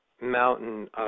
mountain